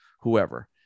whoever